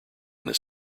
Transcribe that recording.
this